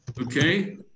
Okay